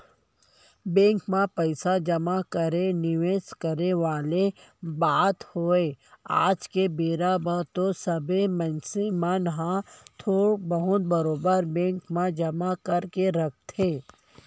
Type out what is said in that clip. bank म पइसा जमा करके निवेस करे वाले बात होवय आज के बेरा म तो सबे मनसे मन ह थोक बहुत बरोबर बेंक म जमा करके रखथे